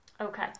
Okay